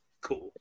Cool